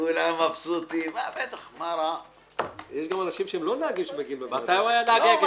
תיקון תקנה 579. 1. בתקנה 579 לתקנות